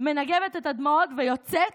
מנגבת את הדמעות ויוצאת